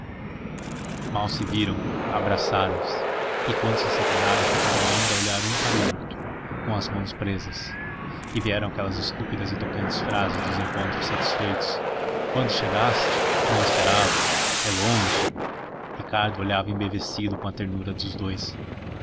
mal se viram abraçaram-se e quando se separaram ficaram ainda a olhar um para o outro com as mãos presas e vieram aquelas estúpidas e tocantes frases de encontros satisfeitos quando chegaste não esperava é longe ricardo olhava embevecido com a ternura dos dous